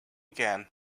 again